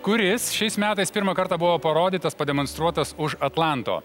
kuris šiais metais pirmą kartą buvo parodytas pademonstruotas už atlanto